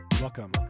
Welcome